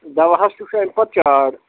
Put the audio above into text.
دواہَس تہِ چھُ اَمہِ پَتہٕ چاڑ